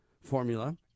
formula